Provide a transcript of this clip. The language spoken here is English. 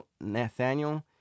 Nathaniel